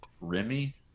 Remy